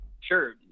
Sure